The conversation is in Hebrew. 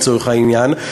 לצורך העניין,